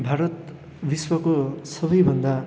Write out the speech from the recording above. भारत विश्वको सबैभन्दा